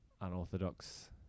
unorthodox